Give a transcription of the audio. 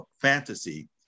fantasy